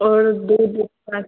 और दूध उत्पादन